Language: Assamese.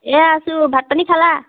এইয়া আছোঁ ভাত পানী খালা